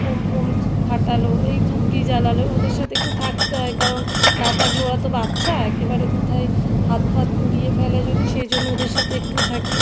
bomb ফোম য ফাটালো এই তুবড়ি জ্বালালো ওদের সাথে একটু থাকতে হয় কারণ না থাকলে ওরা তো বাচ্চা একেবারে কোথায় হাত ফাত পুড়িয়ে ফেলে যদি সেজন্য ওদের সাথে একটু থাকি